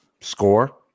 score –